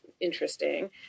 interesting